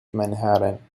manhattan